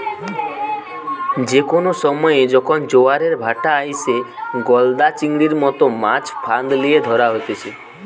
যে কোনো সময়ে যখন জোয়ারের ভাঁটা আইসে, গলদা চিংড়ির মতো মাছ ফাঁদ লিয়ে ধরা হতিছে